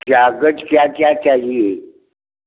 काग़ज़ क्या क्या चाहिए